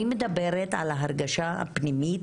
אני מדברת על ההרגשה הפנימית,